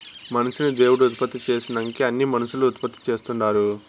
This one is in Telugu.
మనిషిని దేవుడు ఉత్పత్తి చేసినంకే అన్నీ మనుసులు ఉత్పత్తి చేస్తుండారు